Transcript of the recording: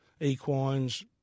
equines